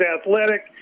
athletic